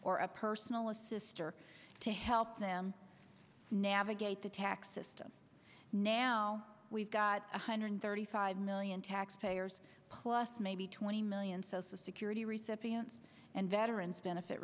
or a personal assist or to help them navigate the tax system now we've got one hundred thirty five million taxpayers plus maybe twenty million so security recipients and veterans benefit